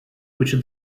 which